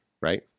right